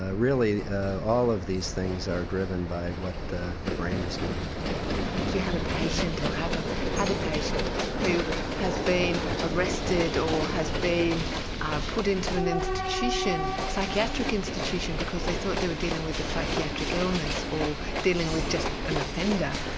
ah really all of these things are driven by what the the brain is doing. do you have a patient, or ah had a patient who has been arrested or has been put into an institution psychiatric institution because they thought they were dealing with a psychiatric illness, or dealing with just an offender?